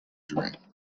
dream